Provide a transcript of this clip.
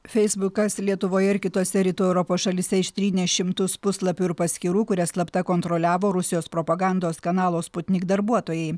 feisbukas lietuvoje ir kitose rytų europos šalyse ištrynė šimtus puslapių ir paskyrų kurias slapta kontroliavo rusijos propagandos kanalo sputnik darbuotojai